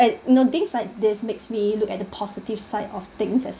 you know things like this makes me look at the positive side of things as